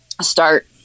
start